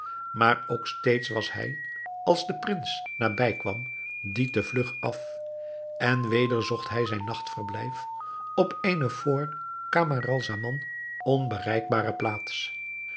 maar ook steeds was hij als de prins nabijkwam dien te vlug af en weder zocht hij zijn nachtverblijf op eene voor camaralzaman onbereikbare plaats